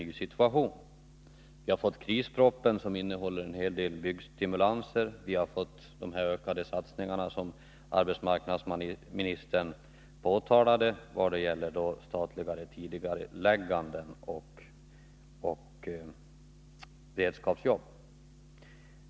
Vi har fått Nr 122 krispropositionen, som innehåller en hel del byggstimulanser, och vi har fått Måndagen den de ökade satsningar som arbetsmarknadsministern talade om — i form av 18 april 1983 statliga tidigareläggningar och beredskapsjobb.